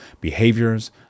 behaviors